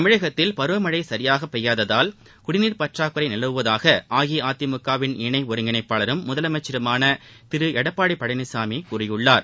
தமிழகத்தில் பருவமழை சரியாக பெய்யாததால் குடிநீர் பற்றாக்குறை நிலவுவதாக அஇஅதிமுக வின் இணை ஒருங்கிணைப்பாளரும் முதலமைச்சருமான திரு எடப்பாடி பழனிசாமி கூறியிருக்கிறார்